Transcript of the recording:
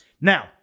Now